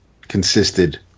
consisted